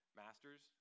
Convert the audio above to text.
masters